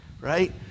right